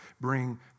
bring